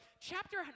chapter